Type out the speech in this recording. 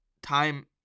time